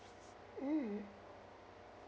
mm